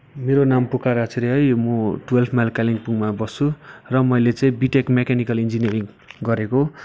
मेरो नाम पुकार आचार्य है म टुवेल्भ माइल कालिम्पोङमा बस्छु र मैले चै बिटेक मेकानिकेल इन्जिनियरिङ गरेको